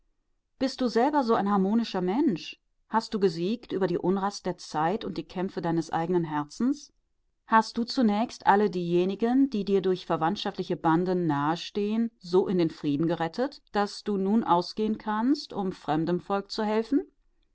bist du selber so ein harmonischer mensch hast du gesiegt über die unrast der zeit und die kämpfe deines eigenen herzens hast du zunächst alle diejenigen die dir durch verwandtschaftliche bande nahestehen so in den frieden gerettet daß du nun ausgehen kannst um fremdem volk zu helfen